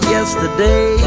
Yesterday